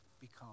become